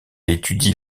étudie